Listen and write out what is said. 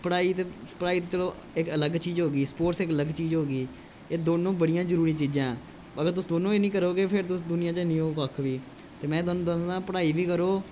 पढ़ाई पढ़ाई ते चलो इक अलग चीज होगी स्पोर्टस इक अलग चीज होगी एह् दोनों बड़ियां जरूरी चीजां ऐ मतलब तुस दोनों नीं करोगे ते तुस दुनिया च नीं हो कक्ख बी ते थोआनूं दस्सना पढ़ाई बी करो